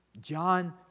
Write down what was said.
John